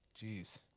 Jeez